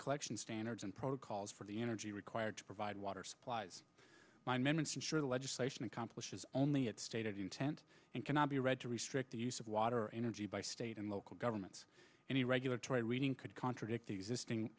collection standards and protocols for the energy required to provide water supplies by members from sure the legislation accomplishes only its stated intent and cannot be read to restrict the use of water energy by state and local governments any regular try reading could contradict existing